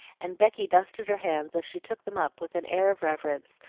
and becky dusted her hands as she took them up with an air of reverence,